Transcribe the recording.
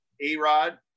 A-Rod